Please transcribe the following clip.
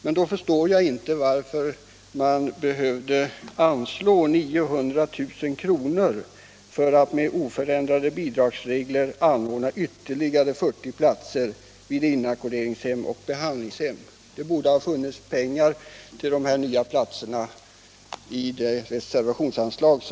Men då förstår jag inte varför man behövde anslå 900 000 kr. för att med oförändrade bidragsregler anordna ytterligare 40 platser vid inackorderingshem och behandlingshem — det borde ju då ha funnits pengar till dessa nya platser i reservationsanslaget.